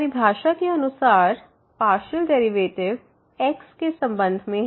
परिभाषा के अनुसार पार्शियल डेरिवेटिव x के संबंध में है